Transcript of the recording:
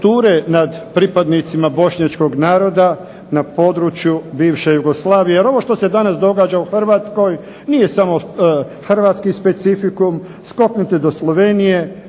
nad pripadnicima bošnjačkog naroda na području bivše Jugoslavije, jer ovo što se danas događa u Hrvatskoj nije samo hrvatski specificum. Skoknite do Slovenije